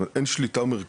זאת אומרת אין שליטה מרכזית